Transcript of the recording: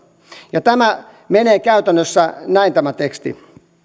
ja tämä teksti menee käytännössä näin